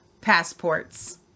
passports